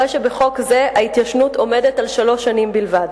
הרי שבחוק זה ההתיישנות עומדת על שלוש שנים בלבד.